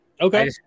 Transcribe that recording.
Okay